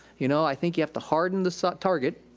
you know, i think you have to harden the so target,